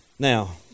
Now